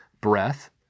breath